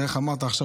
איך אמרת עכשיו?